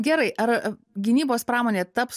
gerai ar gynybos pramonė taps